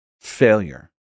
failure